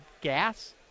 gas